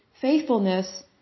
faithfulness